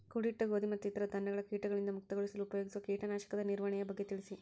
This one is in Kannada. ಕೂಡಿಟ್ಟ ಗೋಧಿ ಮತ್ತು ಇತರ ಧಾನ್ಯಗಳ ಕೇಟಗಳಿಂದ ಮುಕ್ತಿಗೊಳಿಸಲು ಉಪಯೋಗಿಸುವ ಕೇಟನಾಶಕದ ನಿರ್ವಹಣೆಯ ಬಗ್ಗೆ ತಿಳಿಸಿ?